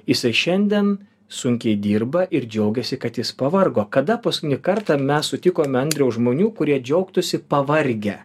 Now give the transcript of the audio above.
jisai šiandien sunkiai dirba ir džiaugiasi kad jis pavargo kada paskutinį kartą mes sutikome andriau žmonių kurie džiaugtųsi pavargę